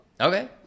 Okay